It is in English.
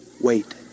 wait